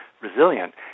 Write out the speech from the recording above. resilient